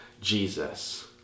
Jesus